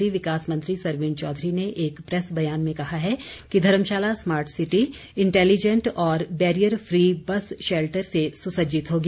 शहरी विकास मंत्री सरवीण चौधरी ने एक प्रैस बयान में कहा है कि धर्मशाला स्मार्ट सिटी इंटेलीजेंट और बैरियर फ्री बस शैल्टर से सुसज्जित होगी